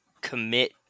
commit